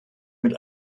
mit